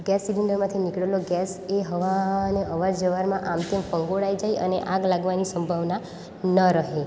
gas સિલિન્ડરમાંથી નીકળેલો gas એ હવાને અવરજવરમાં આમ તેમ ફંગોળાઈ જાય અને આગ લાગવાની સંભાવના ન રહે